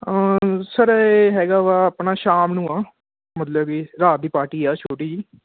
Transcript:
ਔਰ ਸਰ ਇਹ ਹੈਗਾ ਵਾ ਆਪਣਾ ਸ਼ਾਮ ਨੂੰ ਆ ਮਤਲਬ ਵੀ ਰਾਤ ਦੀ ਪਾਰਟੀ ਆ ਛੋਟੀ ਜਿਹੀ